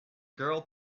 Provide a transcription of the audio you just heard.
girl